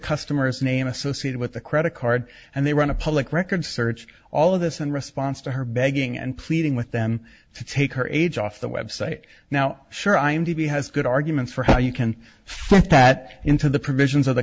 customer's name associated with the credit card and they run a public record search all of this in response to her begging and pleading with them to take her age off the website now sure i'm to be has good arguments for how you can fit that into the provisions